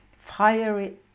fiery